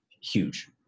huge